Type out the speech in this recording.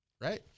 Right